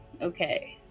Okay